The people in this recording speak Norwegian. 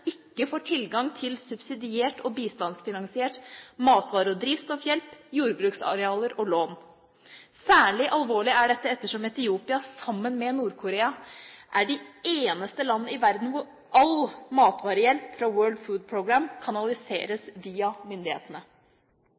ikke tilgang til subsidiert og bistandsfinansiert matvare- og drivstoffhjelp, jordbruksarealer og lån. Særlig alvorlig er dette ettersom Etiopia, sammen med Nord-Korea, er de eneste land i verden hvor all matvarehjelp fra World Food Programme kanaliseres via myndighetene.